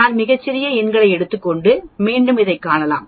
நான் மிகச் சிறிய எண்களை எடுக்கும்போது நீங்கள் இதைக் காணலாம்